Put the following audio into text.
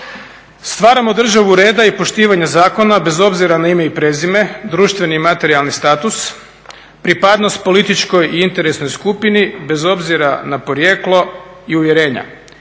Stvaramo državu reda i poštivanja zakona bez obzira na ime i prezime, društveni i materijalni status, pripadnost političkoj i interesnoj skupini bez obzira na porijeklo i uvjerenja.